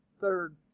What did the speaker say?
third